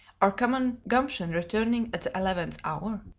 or common gumption returning at the eleventh hour?